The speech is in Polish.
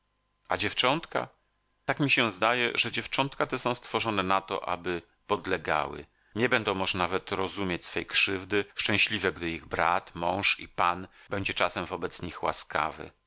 a dziewczątka tak mi się zdaje że dziewczątka te są stworzone na to aby podlegały nie będą może nawet rozumieć swej krzywdy szczęśliwe gdy ich brat mąż i pan będzie czasem wobec nich łaskawy